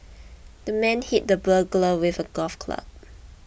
the man hit the burglar with a golf club